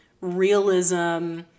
realism